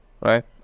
right